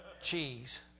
cheese